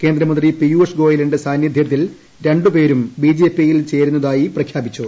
കേന്ദ്രമന്ത്രി പിയൂഷ് ഗോയലിന്റെ സാന്നിദ്ധ്യത്തിൽ രണ്ടു പേരും ബിജെപിയിൽ ചേരുന്നതായി പ്രഖ്യാപിച്ചു